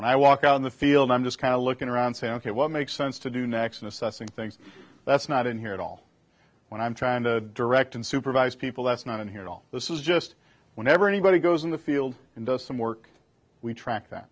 when i walk out in the field i'm just kind of looking around say ok what makes sense to do next and assessing things that's not in here at all when i'm trying to direct and supervise people that's not in here all this is just whenever anybody goes in the field and does some work we track th